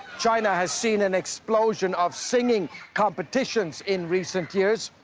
china has seen an explosion of singing competitions in recent years.